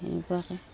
এনেকুৱাকৈ